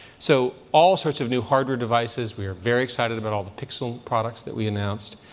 so all sorts of new hardware devices. we are very excited about all the pixel products that we announced.